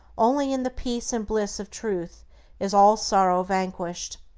only in the peace and bliss of truth is all sorrow vanquished.